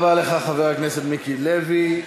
תודה רבה לך, חבר הכנסת מיקי לוי.